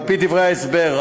על-פי דברי ההסבר,